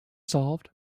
solved